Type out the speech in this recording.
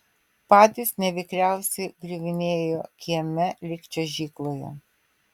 patys nevikriausi griuvinėjo kieme lyg čiuožykloje